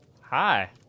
hi